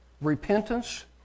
repentance